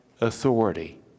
authority